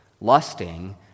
lusting